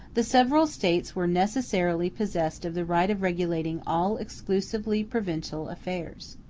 the several states were necessarily possessed of the right of regulating all exclusively provincial affairs.